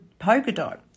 Polkadot